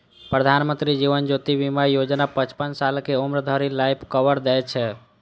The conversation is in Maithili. प्रधानमंत्री जीवन ज्योति बीमा योजना पचपन साल के उम्र धरि लाइफ कवर दै छै